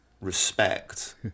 respect